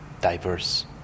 diverse